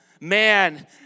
man